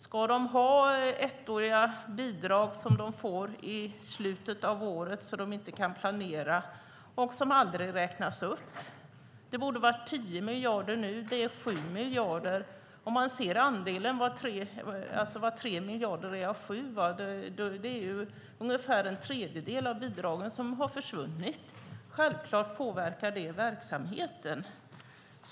Ska man få ettåriga bidrag, som aldrig räknas upp, i slutet av året så att man inte kan planera? Det borde vara 10 miljoner nu, men det är 7 miljoner. Det är alltså ungefär en tredjedel av bidraget som har försvunnit. Självklart påverkar det verksamheten.